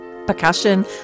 percussion